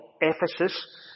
Ephesus